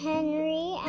Henry